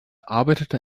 arbeitete